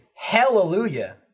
Hallelujah